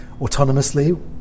autonomously